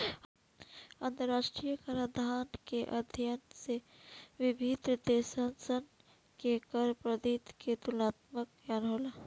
अंतरराष्ट्रीय कराधान के अध्ययन से विभिन्न देशसन के कर पद्धति के तुलनात्मक ज्ञान होला